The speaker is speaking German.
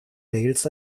mails